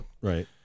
right